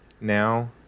now